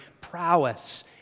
prowess